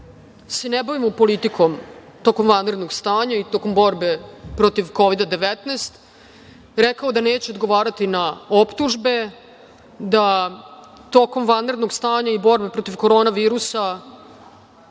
se ne bavimo politikom tokom vanrednog stanja i tokom borbe protiv Kovida 19, rekao da neće odgovarati na optužbe, da tokom vanrednog stanja i borbe protiv koronavirusa